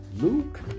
Luke